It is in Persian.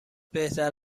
بهتر